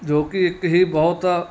ਜੋ ਕਿ ਇੱਕ ਹੀ ਬਹੁਤ